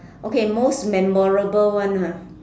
okay most memorable one ah